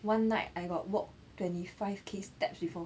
one night I got walk twenty five K steps before